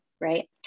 right